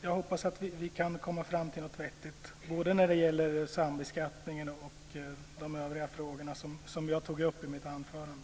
Jag hoppas alltså att vi kan komma fram till någonting vettigt både när det gäller sambeskattningen och när det gäller de övriga frågor som jag tog upp i mitt anförande.